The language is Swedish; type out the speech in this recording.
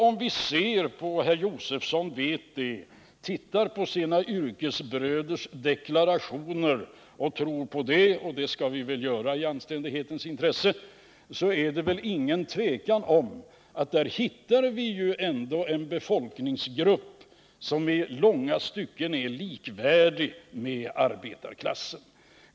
Om herr Josefson tittar på sina yrkesbröders deklarationer och tror på dem — det skall vi väl göra i anständighetens namn — så är det inget tvivel om att han där hittar en befolkningsgrupp som i långa stycken är likvärdig med arbetarklassen.